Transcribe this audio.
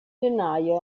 gennaio